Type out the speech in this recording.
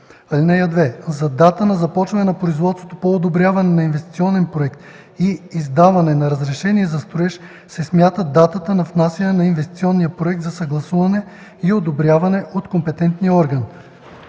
ред. (2) За дата на започване на производство по одобряване на инвестиционен проект и издаване на разрешение за строеж се смята датата на внасянето на инвестициония проект за съгласуване и одобряване от компетентния орган.